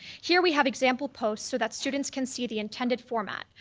here we have example posts so that students can see the intended format.